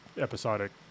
episodic